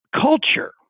culture